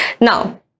Now